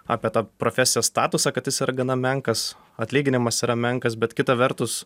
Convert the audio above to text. apie tą profesijos statusą kad jis ar gana menkas atlyginimas yra menkas bet kita vertus